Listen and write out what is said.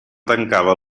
tancava